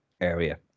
area